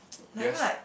guess